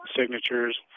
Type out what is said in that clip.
signatures